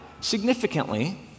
significantly